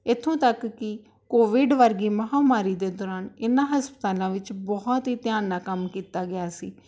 ਇੱਥੋਂ ਤੱਕ ਕਿ ਕੋਵਿਡ ਵਰਗੀ ਮਹਾਂਮਾਰੀ ਦੇ ਦੌਰਾਨ ਇਨ੍ਹਾਂ ਹਸਪਤਾਲਾਂ ਵਿੱਚ ਬਹੁਤ ਹੀ ਧਿਆਨ ਨਾਲ ਕੰਮ ਕੀਤਾ ਗਿਆ ਸੀ